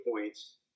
points